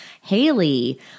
Haley